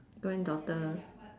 granddaughter